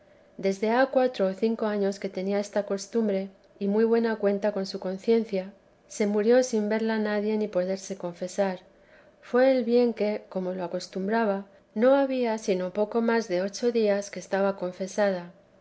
desde ha cuatro o cinco años que tenía esta costumbre y muy buena cuenta con su conciencia se murió sin verla nadie ni poderse confesar fué el bien que como lo acostumbraba no había sino poco más de ocho días que estaba confesada